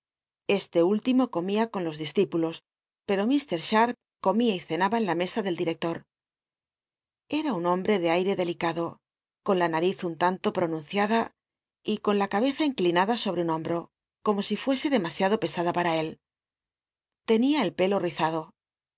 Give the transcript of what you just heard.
este último comia con los discípulos pero mr cha comía y cenaba en la mesa tlt'l director l ra un hombre de aire delicado con la nariz un tanto ptommciada y con la cabeza inclinada sobre un hombto como si fuese demasiado pesada pam él tenia el pelo rizndo